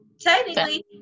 Technically